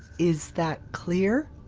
is that clear?